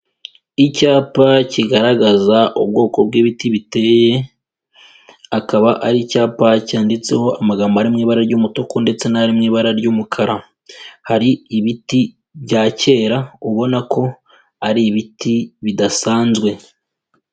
Icyapa kigaragaza ubwoko bw'ibiti biteye, akaba ari icyapa cyanditseho amagambo ari mu ibara ry'umutuku ndetse n'ari mu ibara ry'umukara. Hari ibiti bya kera, ubona ko ari ibiti bidasanzwe.